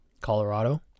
Colorado